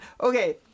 Okay